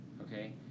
okay